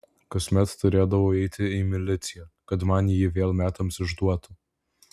kasmet turėdavau eiti į miliciją kad man jį vėl metams išduotų